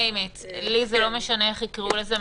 לא משנה לי איך יקראו לזה.